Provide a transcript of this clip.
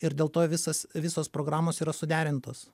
ir dėl to visas visos programos yra suderintos